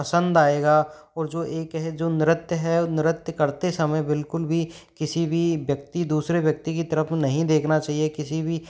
पसंद आएगा और जो एक है जो नृत्य है वह नृत्य करते समय बिल्कुल भी किसी भी व्यक्ति दूसरे व्यक्ति की तरफ नहीं देखना चाहिए किसी भी